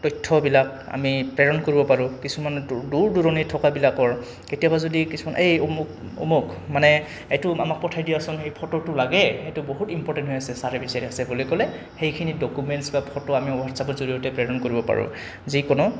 তথ্যবিলাক আমি প্ৰেৰণ কৰিব পাৰোঁ কিছুমানে দূ দূৰ দূৰণিত থকাবিলাকৰ কেতিয়াবা যদি কিছুমান এই অমুক অমুক মানে এইটো আমাক পঠাই দিয়াচোন সেই ফটো লাগে এইটো বহুত ইম্পৰ্টেণ্ট হৈ আছে ছাৰে বিচাৰি আছে বুলি ক'লে সেইখিনি ডকুমেণ্টছ বা ফটো আমি হোৱাটছএপৰ জৰিয়তে প্ৰেৰণ কৰিব পাৰো যিকোনো